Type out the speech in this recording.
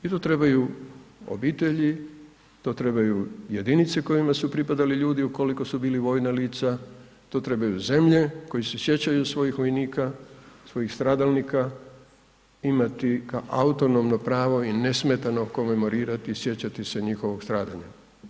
I to trebaju obitelji, to trebaju jedinice kojima su pripadali ljudi ukoliko su bili vojna lica, to trebaju zemlje koji se sjećaju svojih vojnika, svojih stradalnika imati kao autonomno pravo i nesmetano komemorirati sjećati se njihovog stradanja.